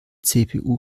cpu